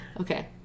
Okay